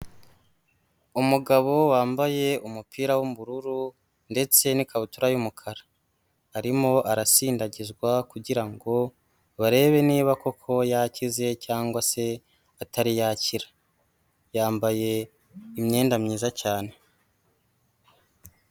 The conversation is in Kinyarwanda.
Umugabo wambaye umupira w'ubururu ndetse n'ikabutura y'umukara, arimo arasindagizwa kugira ngo barebe niba koko yakize, cyangwa se atari yakira, yambaye imyenda myiza cyane.